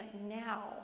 now